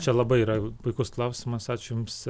čia labai yra puikus klausimas ačiū jums